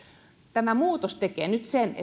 tämä muutos tekee nyt sen